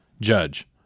Judge